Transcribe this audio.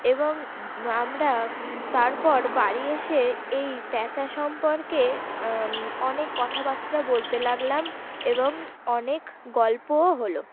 এবং আমরা তারপর বাড়ি এসে এই প্যাঁচা সম্পর্কে অনেক কথাবার্তা বলতে লাগলাম এবং অনেক গল্পও হলো